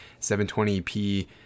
720p